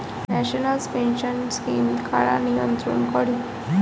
National pension scheme কারা নিয়ন্ত্রণ করে?